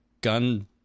gun